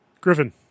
Griffin